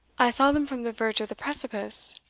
i saw them from the verge of the precipice.